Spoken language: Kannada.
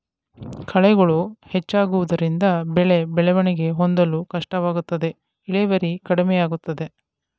ಕಳೆಗಳು ಹೆಚ್ಚಾಗುವುದರಿಂದ ಬೆಳೆ ಬೆಳವಣಿಗೆ ಹೊಂದಲು ಕಷ್ಟವಾಗುತ್ತದೆ ಇಳುವರಿ ಕಡಿಮೆಯಾಗುತ್ತದೆ